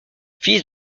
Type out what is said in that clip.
fils